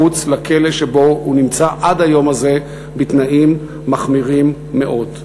מחוץ לכלא שבו הוא נמצא עד היום הזה בתנאים מחמירים מאוד.